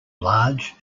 large